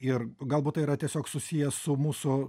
ir galbūt tai yra tiesiog susiję su mūsų